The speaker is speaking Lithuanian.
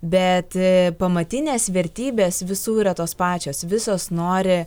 bet pamatinės vertybės visų yra tos pačios visos nori